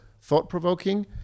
thought-provoking